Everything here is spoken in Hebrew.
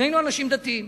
שנינו אנשים דתיים,